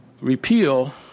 repeal